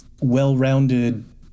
well-rounded